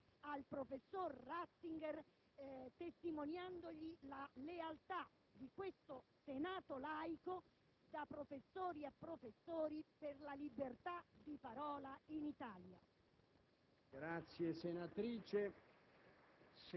desse la sua testimonianza a fianco del professor Ratzinger, testimoniandogli la lealtà di questo Senato laico, da professori a professori, per la libertà di parola in Italia.